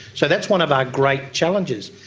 so that's one of our great challenges.